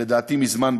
לדעתי מזמן,